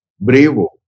bravo